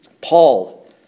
Paul